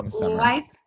Life